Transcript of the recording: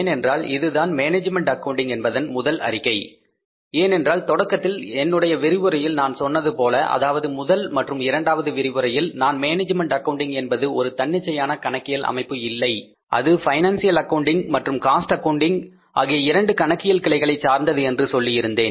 ஏனென்றால் இதுதான் management accounting என்பதன் முதல் அறிக்கை ஏனென்றால் தொடக்கத்தில் என்னுடைய விரிவுரையில் நான் சொன்னதுபோல அதாவது முதல் மற்றும் இரண்டாவது விரிவுரையில் நான் மேனேஜ்மெண்ட் அக்கவுண்டிங் என்பது ஒரு தன்னிச்சையான கணக்கியல் அமைப்பு இல்லை அது பைனான்சியல் அக்கவுண்டிங் மற்றும் காஸ்ட் அக்கவுன்டிங் ஆகிய இரண்டு கணக்கியல் கிளைகளை சார்ந்துள்ளது என்று சொல்லியிருந்தேன்